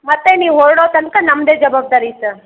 ಮತ್ತು ನೀವು ಹೊರಡೋ ತನಕ ನಮ್ಮದೇ ಜವಾಬ್ದಾರಿ ಸರ್